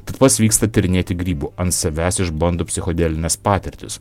tad pats vyksta tyrinėti grybų ant savęs išbando psichodelines patirtis